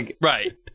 Right